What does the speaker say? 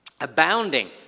Abounding